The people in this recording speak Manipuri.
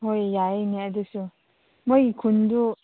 ꯍꯣꯏ ꯌꯥꯏꯅꯦ ꯑꯗꯨꯁꯨ ꯃꯣꯏꯒꯤ ꯈꯨꯟꯗꯨ